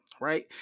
right